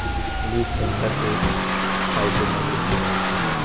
leaf sensor एक phytometric device है